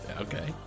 okay